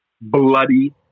bloody